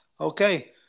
okay